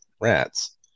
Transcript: rats